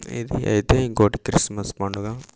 ఇది అయితే ఇంకోటి క్రిస్మస్ పండుగ